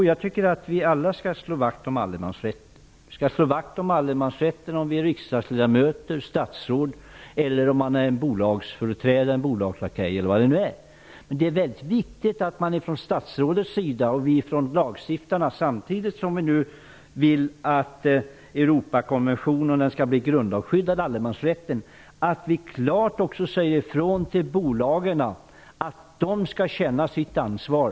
Fru talman! Vi skall alla slå vakt om allemansrätten. Vi skall slå vakt om den om vi är t.ex. riksdagsledamöter, om vi är statsråd och om vi är företrädare för bolag. Men samtidigt som man vill att Europakonventionen skall grundlagsskydda allemansrätten är det viktigt att det från statsrådets och från lagstiftarnas sida klart sägs ifrån att bolagen skall känna sitt ansvar.